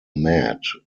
mad